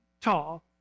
tall